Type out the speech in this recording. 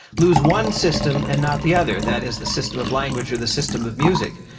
lose one system and not the other. that is, the system of language or the system of music.